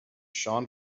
sean